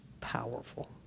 powerful